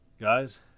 guys